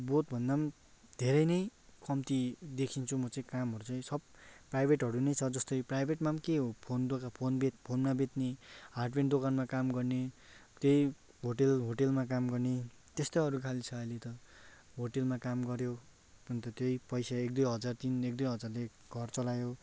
बहुतभन्दा पनि धेरै नै कम्ती देखिन्छु म चाहिँ कामहरू चाहिँ सब प्राइभेटहरू नै छ जस्तै प्राइभेटमा पनि के हो फोन दोका फोन बेच्ने फोनमा बेच्ने हार्डवेर दोकानमा काम गर्ने त्यही होटल होटलमा काम गर्ने त्यस्तै अरू खालि छ अहिले त होटलमा काम गर्यो अन्त त्यही पैसा एकदुई हजार तिन एकदुई हजारले घर चलायो